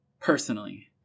personally